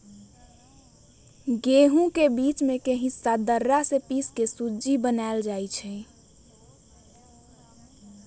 गहुम के बीच में के हिस्सा दर्रा से पिसके सुज्ज़ी बनाएल जाइ छइ